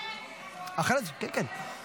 הנושא לוועדת החינוך, התרבות